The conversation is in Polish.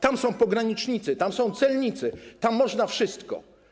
Tam są pogranicznicy, tam są celnicy, tam można wszystko.